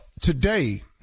today